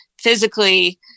physically